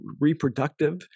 reproductive